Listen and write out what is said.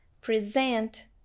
present